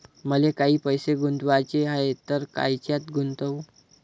मले काही पैसे गुंतवाचे हाय तर कायच्यात गुंतवू?